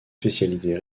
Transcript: spécialités